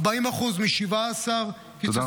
40% מ-17, תודה רבה.